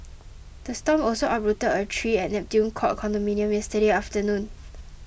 the storm also uprooted a tree at Neptune Court condominium yesterday afternoon